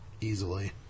easily